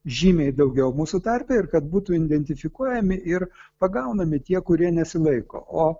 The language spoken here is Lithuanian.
žymiai daugiau mūsų tarpe ir kad būtų identifikuojami ir pagaunami tie kurie nesilaiko o